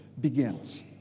begins